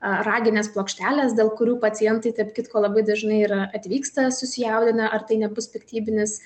raginės plokštelės dėl kurių pacientai tarp kitko labai dažnai ir atvyksta susijaudinę ar tai nebus piktybinis